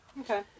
Okay